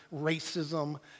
racism